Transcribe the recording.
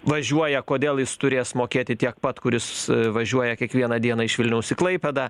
važiuoja kodėl jis turės mokėti tiek pat kuris važiuoja kiekvieną dieną iš vilniaus į klaipėdą